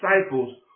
disciples